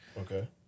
Okay